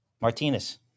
martinez